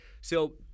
So-